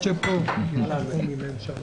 שלום לכולם, היום יום שני, א' בחשון